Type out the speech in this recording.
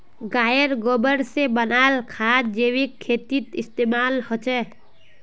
गायेर गोबर से बनाल खाद जैविक खेतीत इस्तेमाल होछे